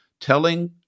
telling